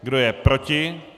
Kdo je proti?